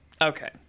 okay